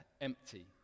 empty